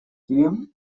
кем